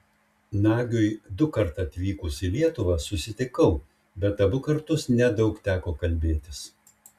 nagiui dukart atvykus į lietuvą susitikau bet abu kartus nedaug teko kalbėtis